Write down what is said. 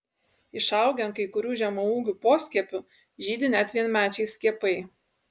išaugę ant kai kurių žemaūgių poskiepių žydi net vienmečiai skiepai